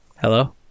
Hello